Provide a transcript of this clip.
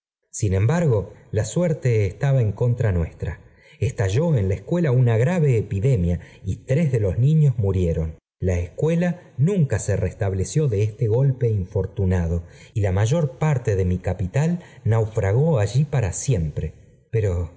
sin embalo la suerte estaba en contra nuestra estalló en la escuela una grave epidevima y tres de los niños murieron la escuela nunca se restableció de este golpe infortunado y la mayor parte de raí capital naufragó allí para siempre pero